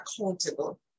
accountable